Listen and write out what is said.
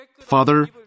Father